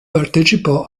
partecipò